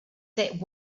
said